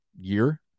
year